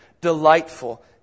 delightful